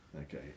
okay